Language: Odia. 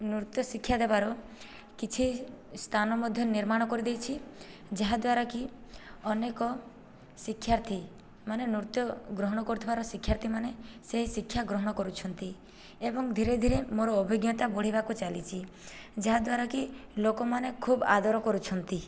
ନୃତ୍ୟ ଶିକ୍ଷା ଦେବାର କିଛି ସ୍ଥାନ ମଧ୍ୟ ନିର୍ମାଣ କରିଦେଇଛି ଯାହାଦ୍ୱାରାକି ଅନେକ ଶିକ୍ଷାର୍ଥୀମାନେ ନୃତ୍ୟ ଗ୍ରହଣ କରୁଥିବାର ଶିକ୍ଷାର୍ଥୀମାନେ ସେହି ଶିକ୍ଷା ଗ୍ରହଣ କରୁଛନ୍ତି ଏବଂ ଧୀରେ ଧୀରେ ମୋର ଅଭିଜ୍ଞତା ବଢ଼ିବାକୁ ଚାଲିଛି ଯାହାଦ୍ୱାରାକି ଲୋକମାନେ ଖୁବ୍ ଆଦର କରୁଛନ୍ତି